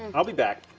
and i'll be back.